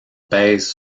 pèse